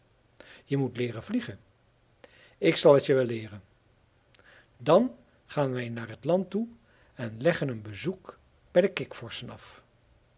je moet leeren vliegen ik zal het je wel leeren dan gaan wij naar het land toe en leggen een bezoek bij de kikvorschen af